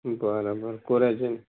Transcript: बरं बरं कोराजेन